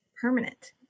permanent